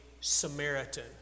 Samaritan